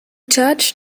judge